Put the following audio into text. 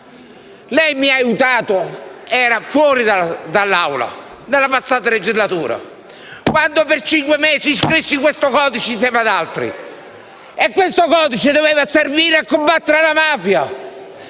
parte di questa Assemblea nella passata legislatura - quando per cinque mesi scrissi questo codice insieme ad altri. E questo codice doveva servire a combattere la mafia.